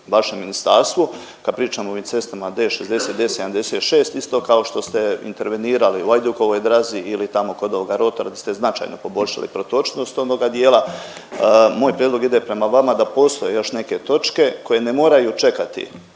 vašem ministarstvu kad pričamo o ovim cestama D60, D76 isto kao što ste intervenirali o Ajdukovoj drazi ili tamo kod ovoga rotora di ste značajno poboljšali protočnost onoga dijela. Moj prijedlog ide prema vama da postoje još neke točke koje ne moraju čekati